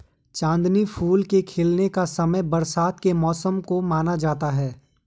चांदनी फूल के खिलने का समय बरसात के मौसम को माना जाता है